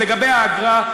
לגבי האגרה,